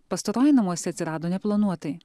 pastaroji namuose atsirado neplanuotai